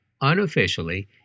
unofficially